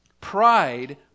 Pride